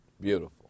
Beautiful